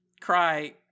cry